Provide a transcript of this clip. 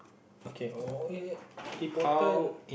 okay oh eh important